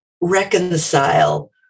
reconcile